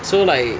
so like